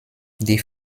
die